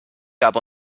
gab